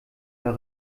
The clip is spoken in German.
mehr